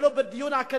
ולא בדיון אקדמי,